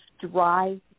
dry